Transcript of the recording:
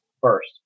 first